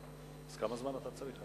אז כמה זמן אתה צריך?